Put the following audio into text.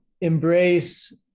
embrace